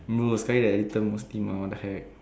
bro I was telling you that uh what the heck